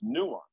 nuanced